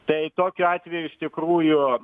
tai tokiu atveju iš tikrųjų